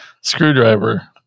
Screwdriver